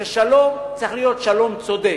ששלום צריך להיות שלום צודק.